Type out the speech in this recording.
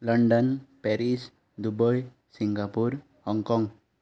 London Paris Dubai Singapore Hong Kong